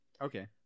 Okay